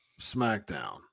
SmackDown